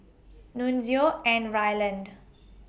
Nunzio and Ryland